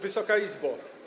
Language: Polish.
Wysoka Izbo!